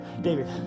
David